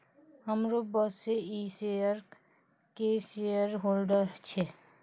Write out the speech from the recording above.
हमरो बॉसे इ शेयर के शेयरहोल्डर छै